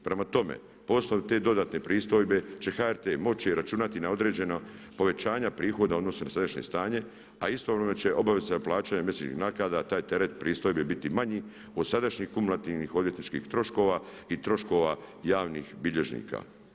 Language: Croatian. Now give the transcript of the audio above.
Prema tome, poslove te dodatne pristojbe će HRT moći računati na određena povećanja prihoda u odnosu na sadašnje stanje, a istodobno će obaveza plaćanja mjesečnih naknada taj teret pristojbi biti manje od sadašnjih kumulativnih odvjetničkih troškova i troškova javnih bilježnika.